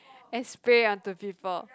and spray onto people